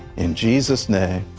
in jesus name,